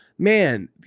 Man